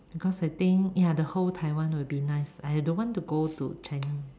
because I think ya the whole Taiwan will be nice I don't want to go to China